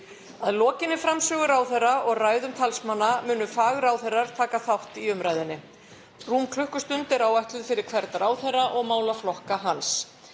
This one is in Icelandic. Að lokinni framsögu ráðherra og ræðum talsmanna munu fagráðherrar taka þátt í umræðunni. Rúm klukkustund er áætluð fyrir hvern ráðherra og málaflokka hans.